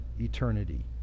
eternity